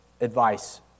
advice